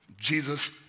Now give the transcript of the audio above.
Jesus